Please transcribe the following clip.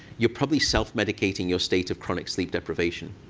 you're probably self-medicating your state of chronic sleep deprivation.